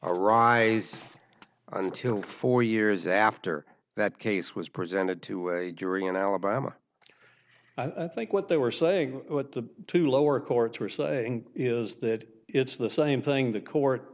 arise until four years after that case was presented to a jury in alabama i think what they were saying what the two lower courts were saying is that it's the same thing the court